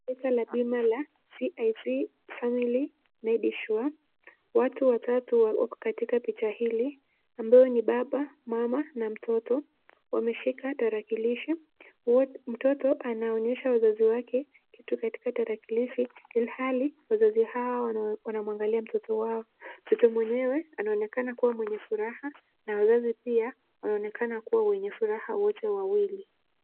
Duka la bima la CIC Family Medisure. Watu watatu wako katika picha hili ambao ni baba, mama na mtoto. Wameshika tarakilishi. Mtoto anaonyesha wazazi wake kitu katika tarakilishi ilhali wazazi hao wanamwangalia mtoto wao. Mtoto mwenyewe anaonekana kuwa mwenye furaha na wazazi pia wanaonekana kuwa wenye furaha wote wawili.